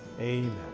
Amen